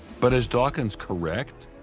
but is dawkins correct?